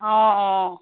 অঁ অঁ